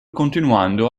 continuando